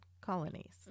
colonies